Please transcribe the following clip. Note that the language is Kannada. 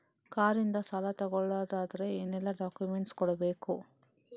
ಕಾರ್ ಇಂದ ಸಾಲ ತಗೊಳುದಾದ್ರೆ ಏನೆಲ್ಲ ಡಾಕ್ಯುಮೆಂಟ್ಸ್ ಕೊಡ್ಬೇಕು?